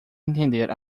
entender